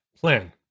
plan